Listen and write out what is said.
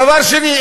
דבר שני,